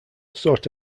sought